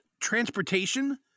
Transportation